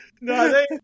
No